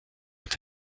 est